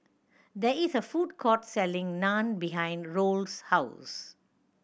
there is a food court selling Naan behind Roll's house